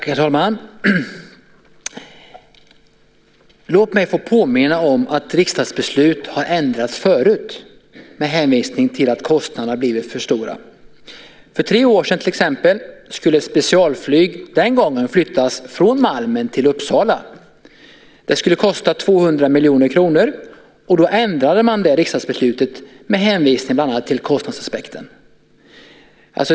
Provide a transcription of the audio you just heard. Herr talman! Låt mig få påminna om att riksdagsbeslut har ändrats förut med hänvisning till att kostnaderna blivit för stora. För tre år sedan skulle till exempel specialflyg flyttas, den gången från Malmen till Uppsala. Det skulle kosta 200 miljoner kronor. Då ändrade man det riksdagsbeslutet med hänvisning till bland annat kostnadsaspekten.